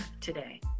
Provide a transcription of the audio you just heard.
today